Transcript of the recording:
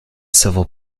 civil